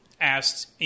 asked